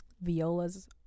Violas